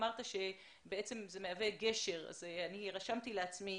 אמרת שזה מהווה גשר ואני רשמתי לעצמי